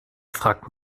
fragt